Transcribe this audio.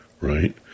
right